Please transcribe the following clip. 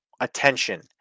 attention